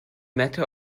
matter